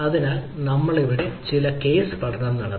അതിനാൽ ഇവിടെ നമ്മൾ ചില കേസ് പഠനം നടത്തി